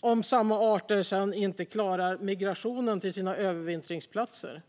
om samma arter sedan inte klarar migrationen till sina övervintringsplatser.